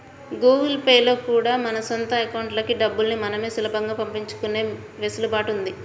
Google Pay లో కూడా మన సొంత అకౌంట్లకి డబ్బుల్ని మనమే సులభంగా పంపించుకునే వెసులుబాటు ఉంది